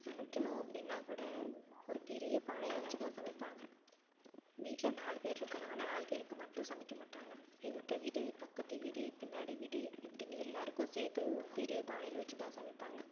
சமைக்கணும் அப்படினா கூட ஒரு பெரிய பானையில் வச்சி தான் சமைப்பாங்க வீட்டில நாலு பேர் இருக்குறாங்கன்னா நாலு பேருக்கு மட்டும் சமைக்க மாட்டாங்க எதித்த வீடு பக்கத்து வீடு பின்னாடி வீடு இப்படினு எல்லாருக்கும் சேர்த்து ஒரு பெரிய பானையில் வச்சி தான் சமைப்பாங்க